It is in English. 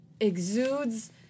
exudes